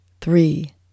three